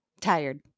tired